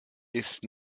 ist